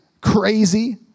crazy